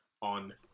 on